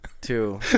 Two